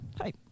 Hi